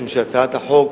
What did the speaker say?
משום שהצעת החוק